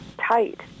tight